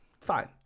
Fine